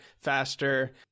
faster